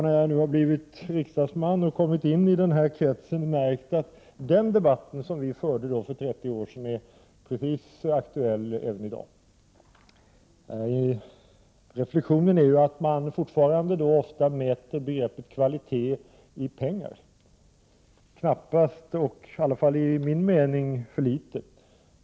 När jag nu har blivit riksdagsman och kommit in i den här kretsen har jag märkt att den där debatten som vi förde för 30 år sedan är lika aktuell i dag. Reflexionen är att man fortfarande Prot. 1988/89:103 ofta mäter begreppet kvalitet i pengar — knappast, i varje fall enligt min 25 april 1989 mening för litet.